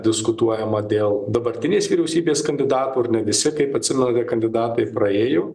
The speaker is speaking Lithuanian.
diskutuojama dėl dabartinės vyriausybės kandidatų ar ne visi kaip atsimenate kandidatai praėjo